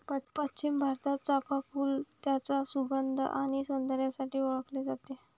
पश्चिम भारतात, चाफ़ा फूल त्याच्या सुगंध आणि सौंदर्यासाठी ओळखले जाते